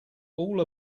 all